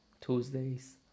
Tuesdays